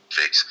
fix